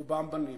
רובם בנים.